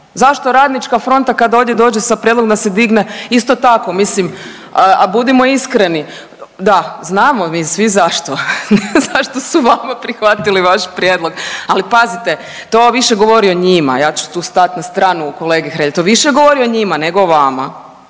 zašto RF kad ovdje dođe sa prijedlogom da se digne isto tako mislim, a budimo iskreni, da znamo mi svi zašto, zašto su vama prihvatili vaš prijedlog, ali pazite to više govori o njima. Ja ću tu stat na stranu kolege Hrelje, to više govori o njima nego o vama